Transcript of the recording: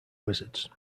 wizards